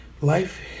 life